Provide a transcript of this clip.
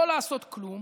לא לעשות כלום